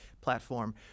platform